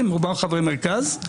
רובם חברי מרכז.